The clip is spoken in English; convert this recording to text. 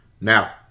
Now